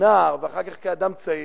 כנער ואחר כך כאדם צעיר,